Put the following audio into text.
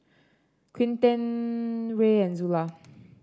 Quinten Rae and Zula